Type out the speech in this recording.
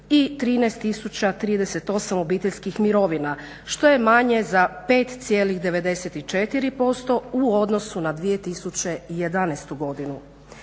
i 13038 obiteljskih mirovina što je manje za 5,94% u odnosu na 2011. godinu.